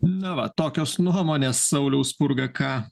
na va tokios nuomonės sauliau spurga ką